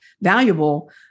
valuable